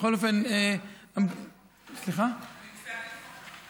בכל אופן, ביקשנו מגופי הביטחון.